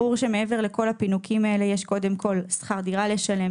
ברור שמעבר לכל הפינוקים האלה יש קודם כל שכר דירה לשלם.